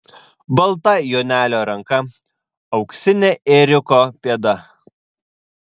balta jonelio ranka auksinė ėriuko pėda